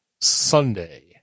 sunday